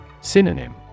Synonym